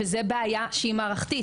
וזו בעיה שהיא מערכתית,